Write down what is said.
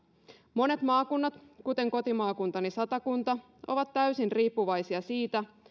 monet maakunnat kuten kotimaakuntani satakunta ovat täysin riippuvaisia siitä